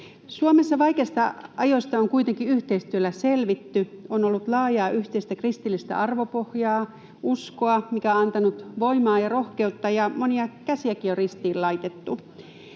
Suomessa vaikeista ajoista on kuitenkin yhteistyöllä selvitty. On ollut laajaa yhteistä kristillistä arvopohjaa, uskoa, mikä on antanut voimaa ja rohkeutta, ja monia käsiäkin on ristiin laitettu.